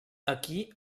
aquí